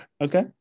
Okay